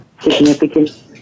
significant